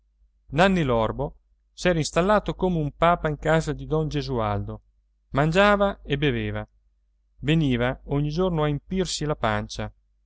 implacabile nanni l'orbo s'era installato come un papa in casa di don gesualdo mangiava e beveva veniva ogni giorno a empirsi la pancia